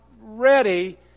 ready